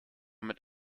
mit